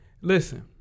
Listen